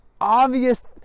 obvious